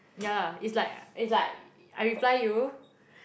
yeah lah it's like it's like I reply you